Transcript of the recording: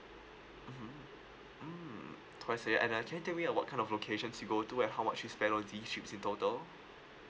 mmhmm mm twice a year and then can you tell me uh what kind of locations you go to and how much you spend on these trips in total